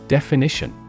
Definition